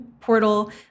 portal